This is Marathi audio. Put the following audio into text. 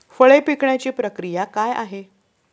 फळे पिकण्याची प्रक्रिया काय आहे?